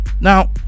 Now